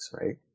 right